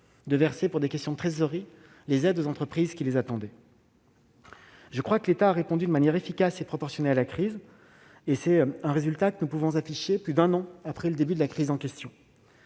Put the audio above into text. verser, pour des questions de trésorerie, les aides aux entreprises qui les attendaient. Je crois que l'État a répondu de manière efficace et proportionnée à la crise. C'est le résultat que l'on peut afficher, plus d'un an après son déclenchement.